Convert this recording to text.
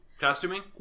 Costuming